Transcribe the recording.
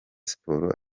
siporo